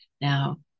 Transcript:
Now